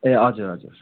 ए हजुर हजुर